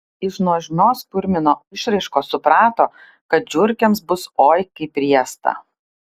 iš nuožmios kurmino išraiškos suprato kad žiurkėms bus oi kaip riesta